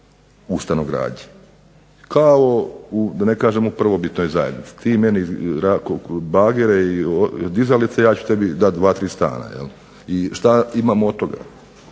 u stanogradnji. Kao u, da ne kažem u prvobitnoj zajednici. Ti meni bagere i dizalice ja ću tebi dati 2, 3 stana jel'. I što imamo od toga?